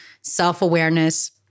self-awareness